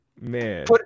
Man